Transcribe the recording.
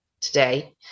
today